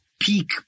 peak